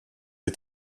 est